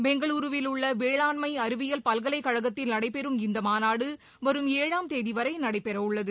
பெங்களுருவில் உள்ள வேளாண்மை அறிவியல் பல்கலைக்கழகத்தில் நடைபெறும் இந்த மாநாடு வரும் ஏழாம் தேதி வரை நடைபெறவுள்ளது